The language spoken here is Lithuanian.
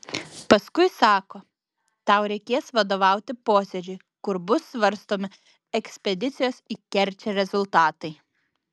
paskui sako tau reikės vadovauti posėdžiui kur bus svarstomi ekspedicijos į kerčę rezultatai